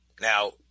Now